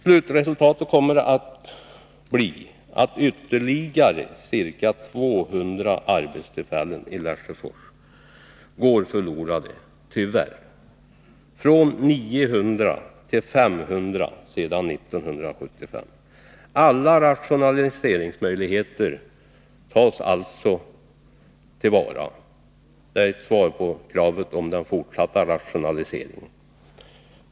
Slutresultatet kommer att bli att ytterligare ca 200 arbetstillfällen i Lesjöfors tyvärr går förlorade — en minskning sedan 1975 från 900 till 500. Alla rationaliseringsmöjligheter tas alltså till vara. Det är svar på kravet på den fortsatta rationaliseringen.